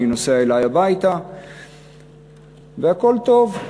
אני נוסע אלי הביתה והכול טוב.